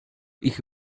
ich